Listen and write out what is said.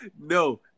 No